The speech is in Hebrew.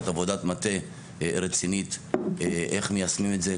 עבודת מטה רצינית איך מיישמים את זה,